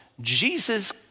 Jesus